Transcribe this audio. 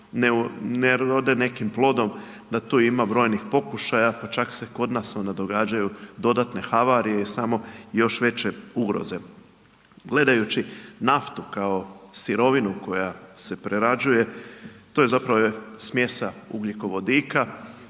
ne rode nekim plodom da tu ima brojnih pokušaja, pa čak se kod nas onda događaju dodatne havarije i samo još veće ugroze. Gledajući naftu kao sirovinu koja se prerađuje, to je zapravo smjesa ugljikovodika.